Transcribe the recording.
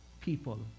people